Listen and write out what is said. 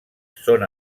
són